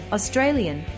Australian